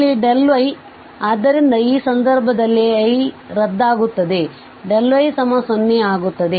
ಇಲ್ಲಿ y ಇದೆ ಆದ್ದರಿಂದ ಈ ಸಂದರ್ಭದಲ್ಲಿ i ರದ್ದಾಗುತ್ತದೆ ಮತ್ತು y0 ಆಗುತ್ತದೆ